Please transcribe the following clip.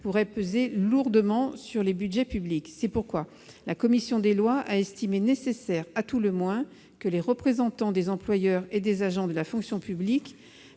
pourrait peser lourdement sur les budgets publics. C'est pourquoi la commission des lois a estimé nécessaire que les représentants des employeurs et des agents de la fonction publique